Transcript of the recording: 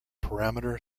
parameter